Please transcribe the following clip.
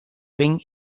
ring